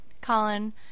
Colin